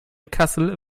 kassel